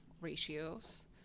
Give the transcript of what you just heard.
ratios